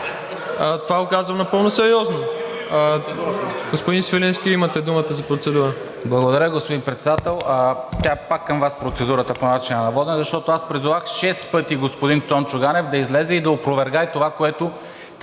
Това го казвам напълно сериозно. Господин Свиленски, имате думата за процедура.